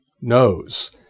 knows